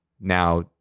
Now